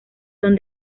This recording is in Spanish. son